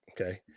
okay